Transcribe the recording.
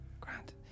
Grant